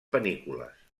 panícules